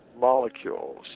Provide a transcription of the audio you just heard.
molecules